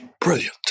brilliant